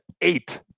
eight